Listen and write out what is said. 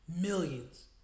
millions